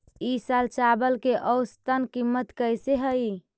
ई साल चावल के औसतन कीमत कैसे हई?